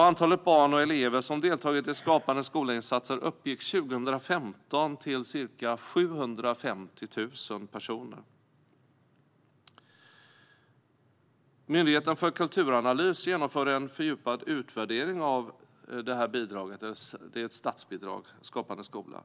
Antalet barn och elever som har deltagit i insatser i Skapande skola uppgick 2015 till ca 750 000 personer. Myndigheten för kulturanalys genomförde en fördjupad utvärdering av statsbidraget Skapande skola.